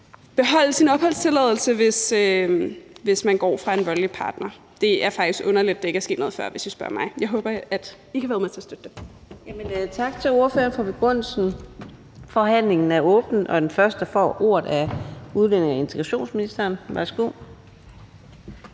beholde opholdstilladelsen, hvis man går fra en voldelig partner. Det er faktisk underligt, at det ikke er sket noget før, hvis I spørger mig. Jeg håber, at I kan være med til at støtte